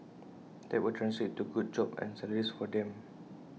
that will translate into good jobs and salaries for them